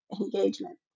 engagement